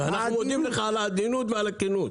אנחנו מודים לך על העדינות ועל הכנות.